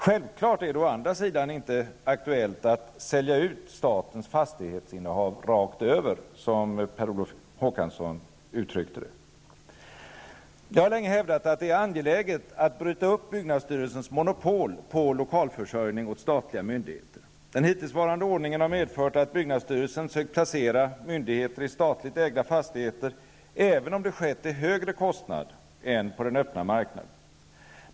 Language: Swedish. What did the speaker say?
Självfallet är det å andra sidan inte aktuellt med att sälja ut statens fastighetsinnehav rakt över, som Per Olof Håkansson uttryckte det. Jag har länge hävdat att det är angeläget att bryta upp byggnadsstyrelsens monopol på lokalförsörjning åt statliga myndigheter. Den hittillsvarande ordningen har medfört att byggnadsstyrelsen sökt placera myndigheter i statlig ägda fastigheter, även om det skett till en högre kostnad än på den öppna marknaden.